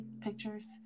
pictures